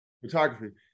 Photography